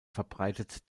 verbreitet